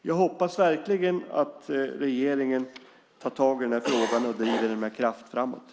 Jag hoppas verkligen att regeringen tar tag i den här frågan och driver den framåt med kraft.